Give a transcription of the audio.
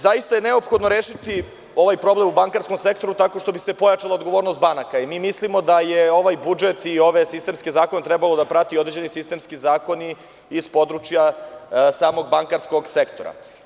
Zaista je neophodno rešiti ovaj problem u bankarskom sektoru tako što bi se pojačala odgovornost banaka i mi mislimo da je ovaj budžet i ove sistemske zakone trebalo da prate određeni sistemski zakoni iz područja samog bankarskog sektora.